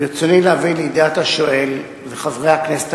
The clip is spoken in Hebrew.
ברצוני להביא לידיעת השואל וחברי הכנסת